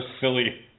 silly